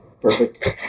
perfect